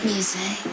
Music